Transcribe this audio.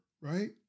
right